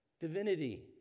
Divinity